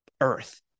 Earth